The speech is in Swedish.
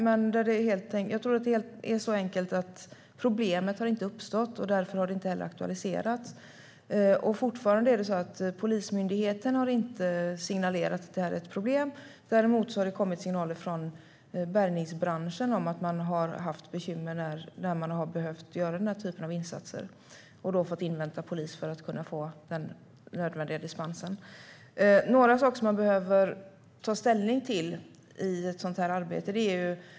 Men jag tror att det är så enkelt att problemet inte har uppstått, och därför har det inte heller aktualiserats. Polismyndigheten har fortfarande inte signalerat att detta är ett problem. Däremot har det kommit signaler från bärgningsbranschen om att man har haft bekymmer när man har behövt göra denna typ av insatser. Man har då fått invänta polis för att kunna få den nödvändiga dispensen. Det finns några saker som man behöver ta ställning till i ett sådant här arbete.